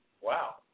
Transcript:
wow